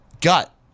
gut